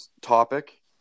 topic